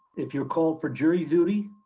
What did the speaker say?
if you're called for jury duty,